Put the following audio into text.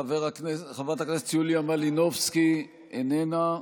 חברת הכנסת יוליה מלינובסקי, איננה,